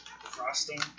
frosting